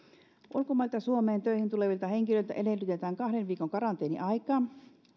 ulkomailta suomeen töihin tulevilta henkilöiltä edellytetään kahden viikon karanteeniaikaa